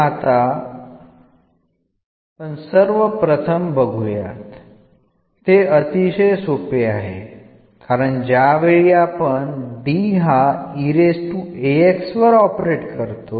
ഇത് വളരെ ലളിതമായി നമുക്ക് മനസ്സിലാക്കാൻ കഴിയും